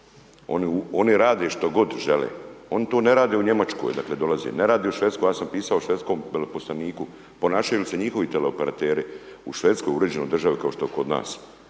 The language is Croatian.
Oni rade što god žele. Oni to ne rade u Njemačkoj, dakle dolaze ne rade u Švedskoj. Ja sam pisao švedskom veleposlaniku ponašaju se njihovi teleoperateri u Švedskoj, uređenoj državi kao što je kod nas.